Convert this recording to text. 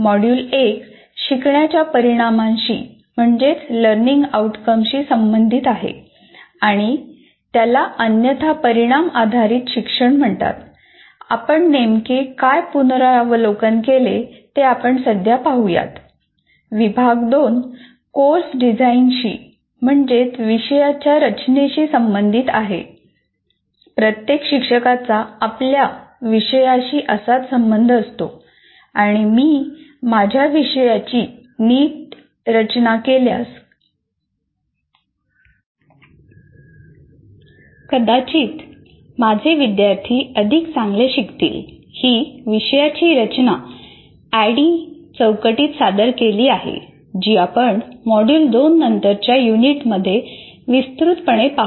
module 1 शिकण्याच्या परिणामांशी चौकटीत सादर केली गेली आहे जी आपण मॉड्यूल 2 नंतरच्या युनिटमध्ये विस्तृतपणे पाहू